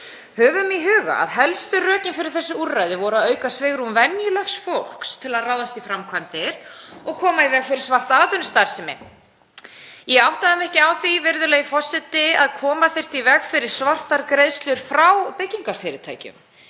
Höfum í huga að helstu rökin fyrir þessu úrræði voru að auka svigrúm venjulegs fólks til að ráðast í framkvæmdir og koma í veg fyrir svarta atvinnustarfsemi. Ég áttaði mig ekki á því, virðulegi forseti, að koma þyrfti í veg fyrir svartar greiðslur frá byggingarfyrirtækjum.